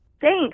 Thanks